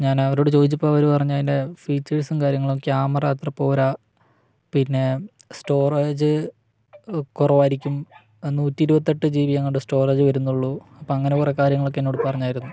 ഞാൻ അവരോട് ചോദിച്ചപ്പോള് അവര് പറഞ്ഞത് അതിൻ്റെ ഫീച്ചേഴ്സും കാര്യങ്ങളും ക്യാമറ അത്ര പോരാ പിന്നെ സ്റ്റോറേജ് കുറവായിരിക്കും നൂറ്റി ഇരുപത്തിയെട്ട് ജി ബി എങ്ങാണ്ടെ സ്റ്റോറേജ് വരുന്നുള്ളൂ അപ്പോള് അങ്ങനെ കുറേ കാര്യങ്ങളൊക്കെ എന്നോട് പറഞ്ഞായിരുന്നു